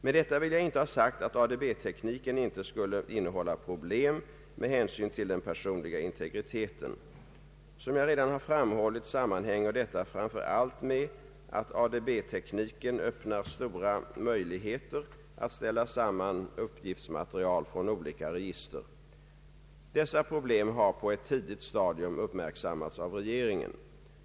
Med detta vill jag inte ha sagt att ADB-tekniken inte skulle innehålla problem med hänsyn till den personliga integriteten. Som jag redan har framhållit sammanhänger detta framför allt med att ADB-tekniken öppnar stora möjligheter att ställa samman uppgiftsmaterial från olika register. Dessa problem har på ett tidigt stadium uppmärksammats av regeringen.